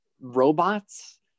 robots